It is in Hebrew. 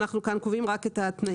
אנחנו כאן קובעים רק את התנאים.